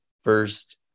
first